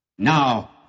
Now